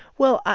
well, ah